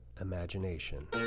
imagination